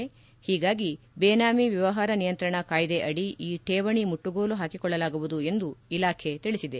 ಓೀಗಾಗಿ ಬೇನಾಮಿ ವ್ಯವಹಾರ ನಿಯಂತ್ರಣ ಕಾಯ್ದೆ ಅಡಿ ಈ ಠೇವಣಿ ಮುಟ್ಲುಗೋಲು ಹಾಕಿಕೊಳ್ಳಲಾಗುವುದು ಎಂದು ಇಲಾಖೆ ತಿಳಿಸಿದೆ